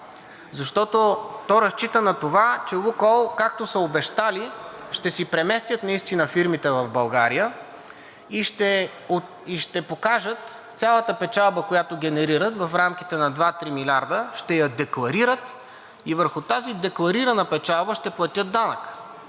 Защото то разчита на това, че „Лукойл“, както са обещали, ще си преместят наистина фирмите в България и ще покажат цялата печалба, която генерират в рамките на 2 – 3 милиарда, ще я декларират и върху тази декларирана печалба ще платят данък.